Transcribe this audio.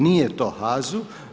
Nije to HAZU.